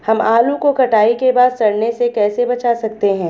हम आलू को कटाई के बाद सड़ने से कैसे बचा सकते हैं?